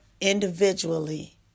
individually